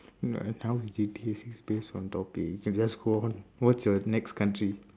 no how we do this is based on topic we can just go on what's your next country